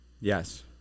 Yes